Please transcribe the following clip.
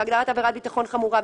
בהגדרת "עבירת ביטחון חמורה",